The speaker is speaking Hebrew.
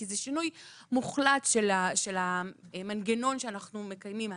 כי זה שינוי מוחלט של המנגנון שאנחנו מקיימים היום.